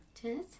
Cheers